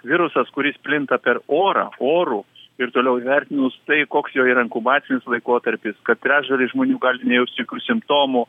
virusas kuris plinta per orą oru ir toliau įvertinus tai koks jo yra inkubacinis laikotarpis kad trečdalis žmonių gali nejaust jokių simptomų